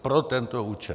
Pro tento účel.